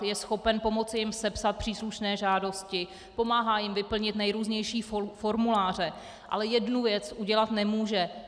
Je schopen pomoci jim sepsat příslušné žádosti, pomáhá jim vyplnit nejrůznější formuláře, ale jednu věc udělat nemůže.